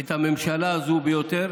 את הממשלה הזאת ביותר